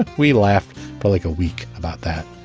we laughed for like a week about that.